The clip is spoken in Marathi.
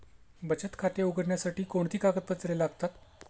बचत खाते उघडण्यासाठी कोणती कागदपत्रे लागतात?